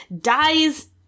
dies